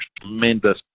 tremendous